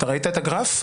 את ראית את הגרף?